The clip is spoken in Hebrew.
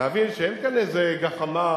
להבין שאין כאן איזו גחמה,